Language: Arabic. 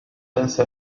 تنس